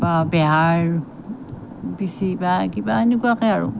বা বেহাৰ পিচি বা কিবা এনেকুৱাকৈ আৰু